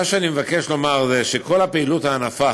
מה שאני מבקש לומר זה שכל הפעילות הענפה